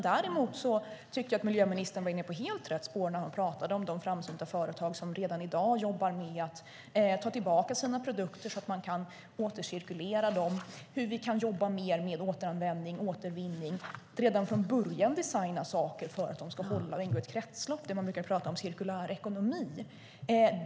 Däremot tycker jag att miljöministern var inne på helt rätt spår när hon pratade om de framsynta företag som redan i dag tar tillbaka sina produkter så att de kan återcirkuleras, om hur vi kan jobba mer med återanvändning och återvinning och om att redan från börja designa saker för att de ska hålla och ingå i ett kretslopp, det vill säga cirkulär ekonomi.